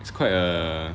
it's quite a